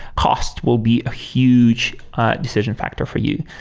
cost will be a huge decision factor for you.